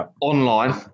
online